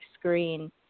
screen